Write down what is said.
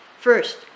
First